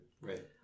Right